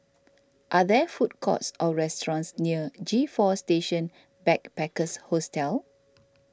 are there food courts or restaurants near G four Station Backpackers Hostel